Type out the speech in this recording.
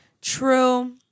True